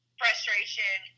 frustration